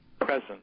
present